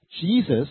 jesus